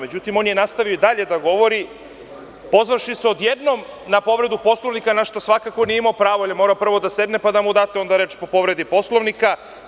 Međutim, on je nastavio i dalje da govori, pozvavši se odjednom na povredu Poslovnika, na šta svakako nije imao pravo, jer je morao prvo da sedne, pa da mu date onda reč po povredi Poslovnika.